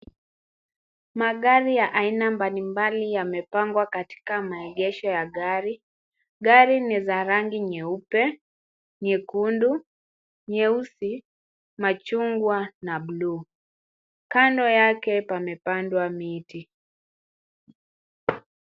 Magari ya aina mbalimbali yamepangwa katika maegesho ya gari. Gari ni za rangi nyeupe, nyekundu, nyeusi, machungwa na blue . Kando yake pamepandwa miti.